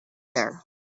there